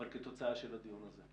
אלא כתוצאה של הדיון הזה.